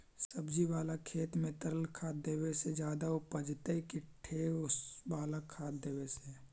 सब्जी बाला खेत में तरल खाद देवे से ज्यादा उपजतै कि ठोस वाला खाद देवे से?